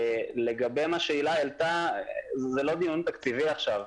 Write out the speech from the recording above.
לגבי מה שהילה העלתה, זה לא דיון תקציבי עכשיו.